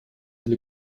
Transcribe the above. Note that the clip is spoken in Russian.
для